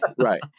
right